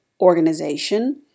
organization